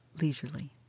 leisurely